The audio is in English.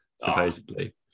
supposedly